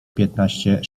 piętnaście